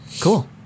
Cool